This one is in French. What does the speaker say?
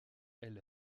elle